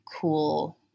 cool